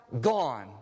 gone